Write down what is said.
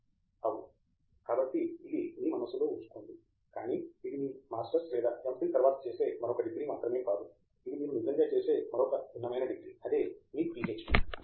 professor Andrew Thangaraj కాబట్టి ఇది మీ మనస్సులో ఉంచుకోండి కానీ ఇది మీ మాస్టర్స్ లేదా ఎంఫిల్ తరువాత చేసే మరొక డిగ్రీ మాత్రమే కాదు ఇది మీరు నిజంగా చేసే మరొక భిన్నమైన డిగ్రీ అదే మీ పీహెచ్డీ